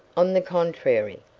on the contrary,